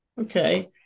Okay